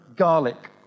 garlic